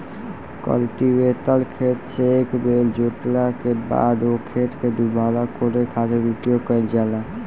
cultivator खेत से एक बेर जोतला के बाद ओ खेत के दुबारा कोड़े खातिर उपयोग कईल जाला